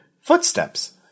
footsteps